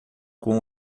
com